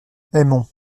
aimons